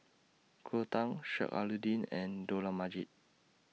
Cleo Thang Sheik Alau'ddin and Dollah Majid